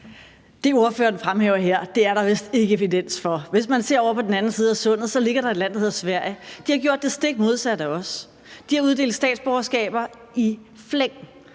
Det, ordføreren fremhæver her, er der vist ikke evidens for. Hvis man ser over på den anden side af Sundet, så ligger der et land, der hedder Sverige. De har gjort det stik modsatte af os: De har uddelt statsborgerskaber i flæng,